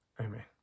Amen